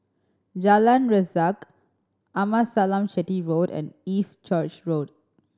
Jalan Resak Amasalam Chetty Road and East Church Road